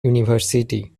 university